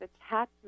attachment